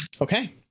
Okay